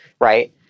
right